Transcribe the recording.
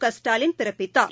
க ஸ்டாலின் பிறப்பித்தார்